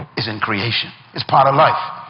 is in creation, it's part of life.